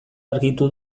argitu